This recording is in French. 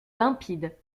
limpide